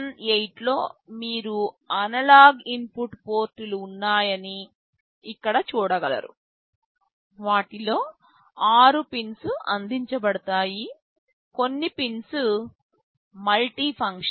CN8 లో మీరు analog input పోర్టులు ఉన్నాయని ఇక్కడ చూడగలరు వాటిలో ఆరు పిన్స్ అందించబడతాయి కొన్ని పిన్స్ మల్టిఫంక్షనల్